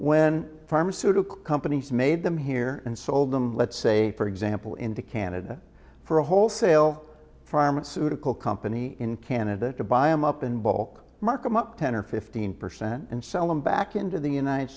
when pharmaceutical companies made them here and sold them let's say for example into canada for a wholesale pharmaceutical company in canada to buy em up in bulk mark them up ten or fifteen percent and sell them back into the united